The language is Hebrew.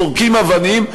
זורקים אבנים,